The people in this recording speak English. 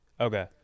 Okay